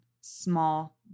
small